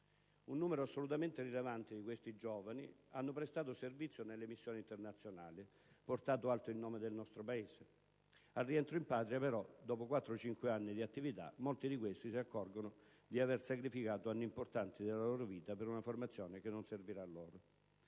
Un numero assolutamente rilevante di questi giovani ha prestato servizio nelle missioni internazionali tenendo alto il nome del nostro Paese. Al rientro in Patria però, dopo 4 o 5 anni di attività, molti di questi si sono accorti di aver sacrificato anni importanti della loro vita per una formazione che non servirà loro.